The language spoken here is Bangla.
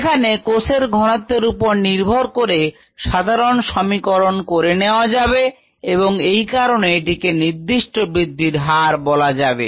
এখানে কোষের ঘনত্বের উপর নির্ভর করে সাধারণ সমীকরণ করে নেওয়া যাবে এবং এই কারণে এটিকে নির্দিষ্ট বৃদ্ধির হার বলা যাবে